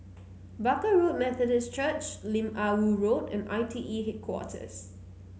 Barker Road Methodist Church Lim Ah Woo Road and I T E Headquarters